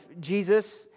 Jesus